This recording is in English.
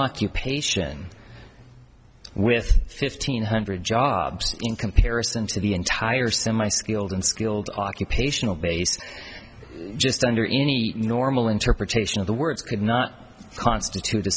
you patient with fifteen hundred jobs in comparison to the entire semi skilled and skilled occupational base just under any normal interpretation of the words could not constitute a